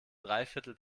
dreiviertel